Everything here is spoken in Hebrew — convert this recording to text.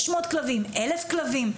500 כלבים, 1,000 כלבים?